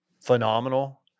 phenomenal